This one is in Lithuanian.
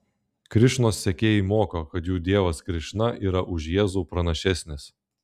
krišnos sekėjai moko kad jų dievas krišna yra už jėzų pranašesnis